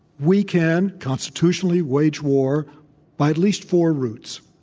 we can constitutionally wage war by at least four roots,